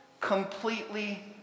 completely